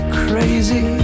crazy